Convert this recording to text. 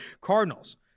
Cardinals